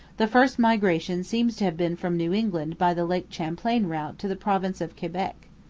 the first migration seems to have been from new england by the lake champlain route to the province of quebec.